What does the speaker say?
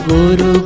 Guru